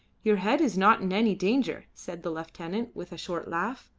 your head is not in any danger, said the lieutenant, with a short laugh.